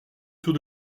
tout